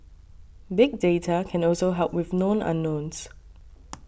big data can also help with known unknowns